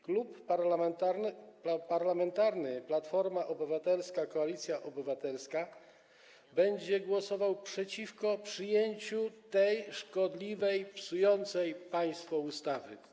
Klub Parlamentarny Platforma Obywatelska - Koalicja Obywatelska będzie głosował przeciwko przyjęciu tej szkodliwej, psującej państwo ustawy.